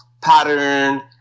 pattern